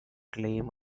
claim